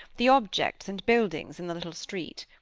the objects and buildings in the little street.